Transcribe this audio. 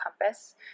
compass